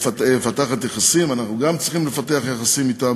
מפתחת יחסים, וגם אנחנו צריכים לפתח יחסים אתם.